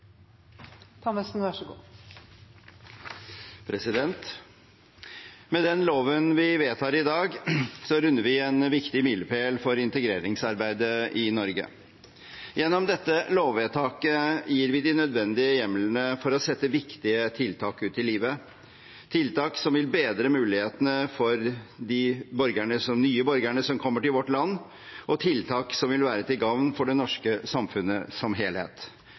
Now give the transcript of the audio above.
Med den loven vi vedtar i dag, runder vi en viktig milepæl for integreringsarbeidet i Norge. Gjennom dette lovvedtaket gir vi de nødvendige hjemlene for å sette viktige tiltak ut i livet – tiltak som vil bedre mulighetene for de nye borgerne som kommer til vårt land, og tiltak som vil være til gagn for det norske samfunnet som helhet.